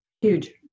Huge